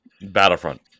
Battlefront